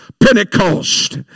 Pentecost